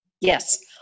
Yes